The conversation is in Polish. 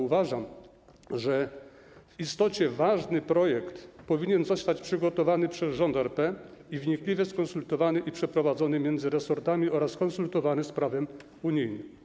Uważam, że w istocie ważny projekt powinien zostać przygotowany przez rząd RP i wnikliwie skonsultowany i przeprowadzony między resortami oraz skonsultowany z prawem unijnym.